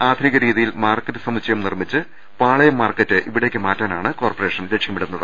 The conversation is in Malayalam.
ആധുനിക രീതിയിൽ മാർക്കറ്റ് സമുച്ചയം നിർമ്മിച്ച് പാളയം മാർക്കറ്റ് ഇവിടേക്ക് മാറ്റാനാണ് കോർപ്പറേഷൻ ലക്ഷ്യമിടുന്നത്